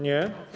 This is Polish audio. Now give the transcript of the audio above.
Nie.